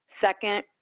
Second